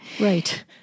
Right